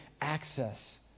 access